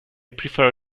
prefer